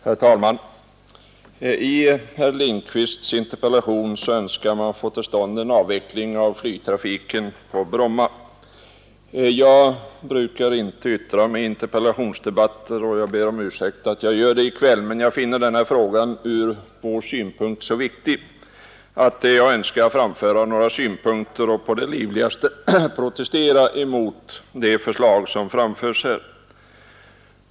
Herr talman! Herr Lindkvist önskar i sin interpellation få till stånd en avveckling av flygtrafiken på Bromma. Jag brukar inte yttra mig i interpellationsdebatter, och jag ber om ursäkt för att jag gör det i kväll, men jag finner denna fråga vara för oss så viktig, att jag önskar framföra några synpunkter och på det livligaste protestera mot det förslag som framförts här.